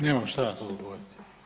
Nemam što na to odgovoriti.